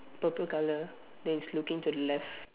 purple colour then it's looking to the left